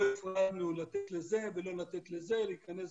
לא החלטנו לתת לזה ולא לתת לזה להיכנס,